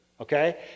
okay